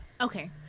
okay